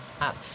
up